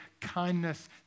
kindness